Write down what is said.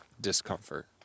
discomfort